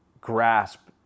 grasp